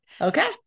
okay